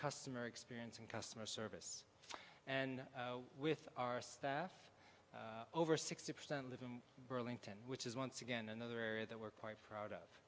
customer experience in customer service and with our staff over sixty percent live in burlington which is once again another area that we're quite proud of